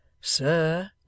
Sir